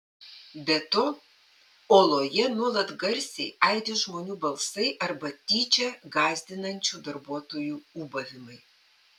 be to oloje nuolat garsiai aidi žmonių balsai arba tyčia gąsdinančių darbuotojų ūbavimai